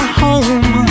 home